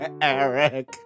Eric